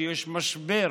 כשיש משבר